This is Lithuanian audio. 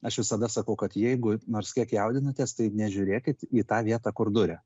aš visada sakau kad jeigu nors kiek jaudinatės tai nežiūrėkit į tą vietą kur duria